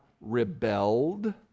rebelled